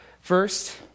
First